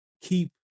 keep